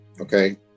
Okay